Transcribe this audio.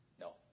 No